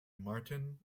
martin